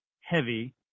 heavy